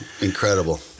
incredible